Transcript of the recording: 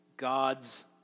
God's